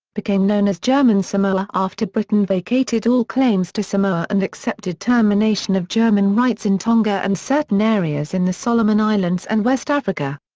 became known as german samoa after britain vacated all claims to samoa and accepted termination of german rights in tonga and certain areas in the solomon islands and west africa.